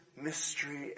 mystery